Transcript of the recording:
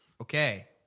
Okay